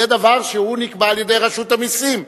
זה דבר שנקבע על-ידי רשות המסים.